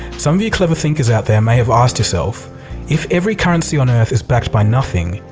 some of you clever thinkers out there may have asked yourselves if every currency on earth is backed by nothing,